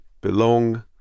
belong